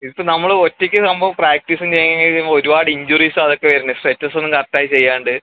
ഇതിപ്പോൾ നമ്മൾ ഒറ്റയ്ക്ക് സംഭവം പ്രാക്ടീസും കഴിഞ്ഞ് വരുമ്പോൾ ഒരുപാട് ഇഞ്ചുറീസ് അത് ഒക്കെ വരുന്നു സ്ട്രെച്ചസ് ഒന്നും കറക്റ്റ് ആയി ചെയ്യാണ്ട്